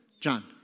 John